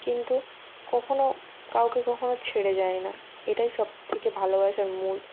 কিন্তু কখনও কাউকে কখনও ছেড়ে যায় না এটাই সবথেকে ভালোবাসার মূল